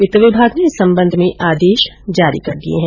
वित्त विभाग ने इस संबंध में आदेश जारी कर दिये है